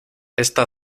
esta